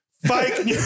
Fake